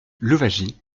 louwagie